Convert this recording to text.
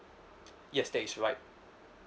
yes that is right